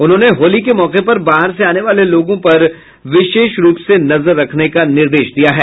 उन्होंने होली के मौके पर बाहर से आने वाले लोगों पर विशेष रूप से नजर रखने का निर्देश दिया है